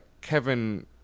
Kevin